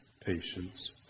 patience